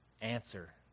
answer